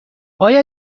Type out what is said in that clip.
آیا